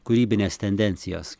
kūrybines tendencijas